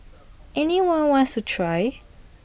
any one wants to try